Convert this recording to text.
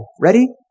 Ready